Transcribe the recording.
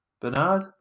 Bernard